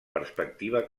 perspectiva